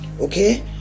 okay